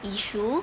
issue